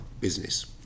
business